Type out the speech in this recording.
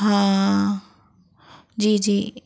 हाँ जी जी